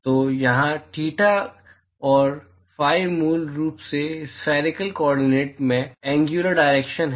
तो यहाँ थीटा और फी मूल रूप से स्फैरिकल कॉर्डिनेट में एंग्युलर डायरेक्शन्स हैं